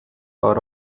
for